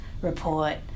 report